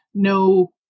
no